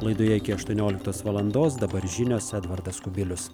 laidoje iki aštuonioliktos valandos dabar žinios edvardas kubilius